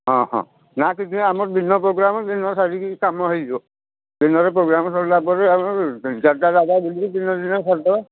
ହଁ ହଁ ନାହାନ୍ତି ସେ ଆମର ଦିନ ପ୍ରୋଗ୍ରାମ୍ ଦିନ ସାରିକି କାମ ହେଇଯିବ ଦିନରେ ପ୍ରୋଗ୍ରାମ୍ ସରିଲାପରେ ଆମର ତିନ ଚାରଟା ଜାଗା ବୁଲିକି ଦିନରେ ଦିନରେ ସାର ଦେବା